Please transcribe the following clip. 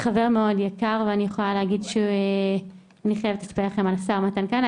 אני חייבת לספר לכם על השר מן כהנא.